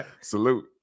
Salute